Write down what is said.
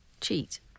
cheat